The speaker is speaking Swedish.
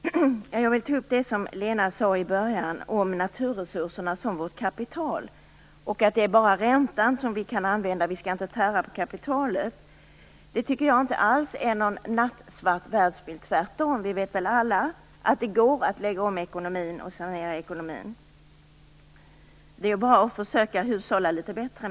Fru talman! Jag vill ta upp det som Lena Klevenås sade i början om naturresurserna som vårt kapital. Det är bara räntan vi kan använda. Vi skall inte tära på kapitalet. Jag tycker inte alls att det är en nattsvart världsbild, tvärtom. Vi vet väl alla att det går att lägga om ekonomin och sanera den. Det är bara att försöka hushålla litet bättre.